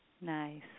Nice